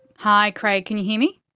hi craig can you hear me?